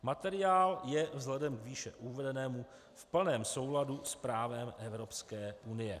Materiál je vzhledem k výše uvedenému v plném souladu s právem Evropské unie.